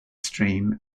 stream